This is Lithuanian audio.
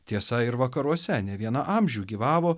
tiesa ir vakaruose ne vieną amžių gyvavo